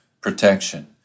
protection